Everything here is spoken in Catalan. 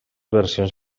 versions